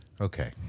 okay